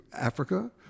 Africa